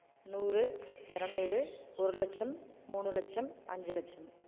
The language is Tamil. நூறு இரநூறு ஒரு லட்சம் மூணு லட்சம் அஞ்சு லட்சம்